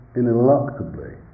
ineluctably